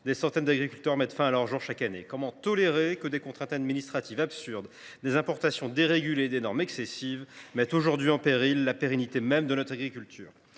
des centaines d’agriculteurs mettent fin à leurs jours chaque année ? Comment tolérer que des contraintes administratives absurdes, des importations dérégulées et des normes excessives menacent aujourd’hui la pérennité même de notre agriculture ?